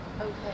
Okay